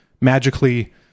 magically